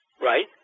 Right